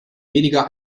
weniger